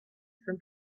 from